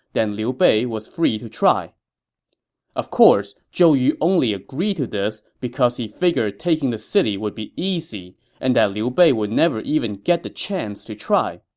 then liu bei was free to try of course, zhou yu only agreed to this because he figured taking the city would be easy and that liu bei would never even get the chance to try.